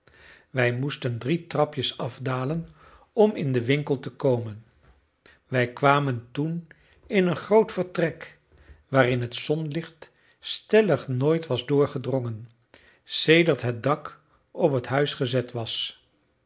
wij moesten drie trapjes afdalen om in den winkel te komen wij kwamen toen in een groot vertrek waarin het zonlicht stellig nooit was doorgedrongen sedert het dak op het huis gezet was